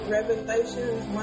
Revelations